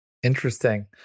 Interesting